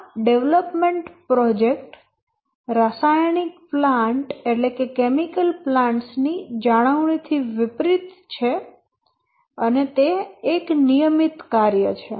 આ development project રાસાયણિક plant ની જાળવણી થી વિપરીત છે તે એક નિયમિત કાર્ય છે